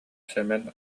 сэмэн